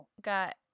got